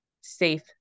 safe